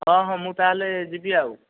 ହଁ ହଁ ମୁଁ ତା'ହେଲେ ଯିବି ଆଉ